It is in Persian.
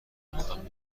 لبخند